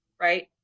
right